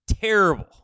terrible